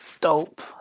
dope